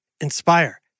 Inspire